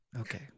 Okay